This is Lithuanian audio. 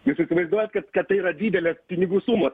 jūs įsivaizduojat kad kad tai yra didelė pinigų sumos